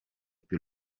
più